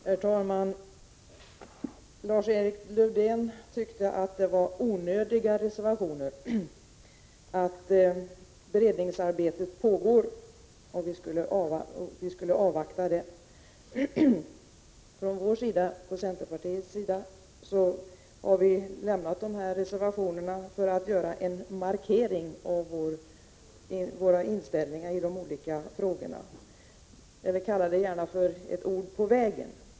Herr talman! Lars-Erik Lövdén tyckte att reservationerna var onödiga, eftersom ett beredningsarbete pågår. Han tyckte att vi skulle avvakta detta beredningsarbete. Från centerpartiets sida har vi fogat dessa reservationer till betänkandet för att göra en markering beträffande vår inställning i de olika frågorna — kalla det gärna ett ord på vägen.